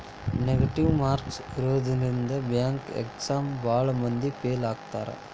negative marks ಇರೋದ್ರಿಂದ bank exam ಭಾಳ್ ಮಂದಿ ಫೇಲ್ ಆಗ್ತಾರಾ